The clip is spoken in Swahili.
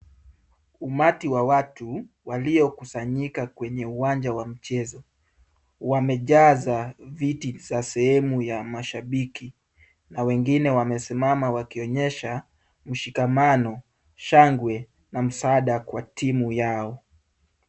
Umati wa watu waliokusanyika kwenye uwanja wa mchezo wamejaza viti za sehemu ya mashabiki na wengine wamesimama wakionyesha mshikamano, shangwe na msaada kwa timu yao.